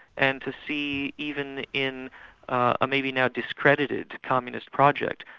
and to see even in a maybe now discredited communist project,